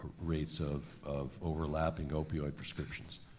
rates of of overlapping opioid prescriptions.